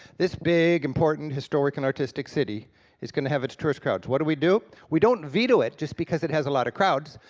this big, important, historic, and artistic city is going to have its tourist crowds. what do we do? we don't veto it just because it has a lot of crowds.